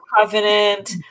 covenant